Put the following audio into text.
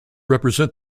represent